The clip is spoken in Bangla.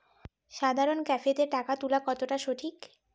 সাধারণ ক্যাফেতে টাকা তুলা কতটা সঠিক?